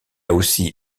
aussi